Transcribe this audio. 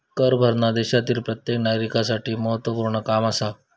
कर भरना देशातील प्रत्येक नागरिकांसाठी महत्वपूर्ण काम आसा